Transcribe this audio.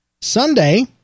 Sunday